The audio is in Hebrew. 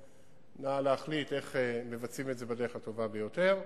נא להחליט איך מבצעים את זה בדרך הטובה ביותר.